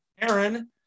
Aaron